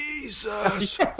Jesus